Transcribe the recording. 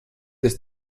des